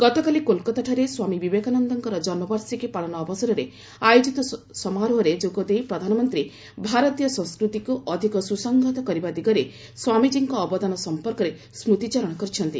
ଗତକାଲି କୋଲକାତାଠାରେ ସ୍ୱାମୀ ବିବେକାନନ୍ଦଙ୍କର ଜନ୍ମବାର୍ଷିକୀ ପାଳନ ଅବସରରେ ଆୟୋଜିତ ସମାରୋହରେ ଯୋଗ ଦେଇ ପ୍ରଧାନମନ୍ତ୍ରୀ ଭାରତୀୟ ସଂସ୍କୃତିକୁ ଅଧିକ ସୁସଂହତ କରିବା ଦିଗରେ ସ୍ୱାମୀଜୀଙ୍କ ଅବଦାନ ସଂପର୍କରେ ସ୍କୁତିଚାରଣ କରିଛନ୍ତି